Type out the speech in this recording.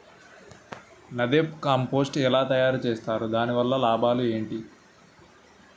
NADEP compost ఎలా తయారు చేస్తారు? దాని వల్ల లాభాలు ఏంటి?